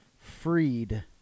freed